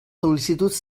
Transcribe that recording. sol·licituds